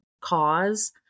cause